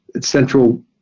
central